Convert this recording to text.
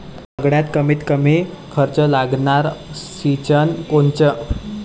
सगळ्यात कमीत कमी खर्च लागनारं सिंचन कोनचं?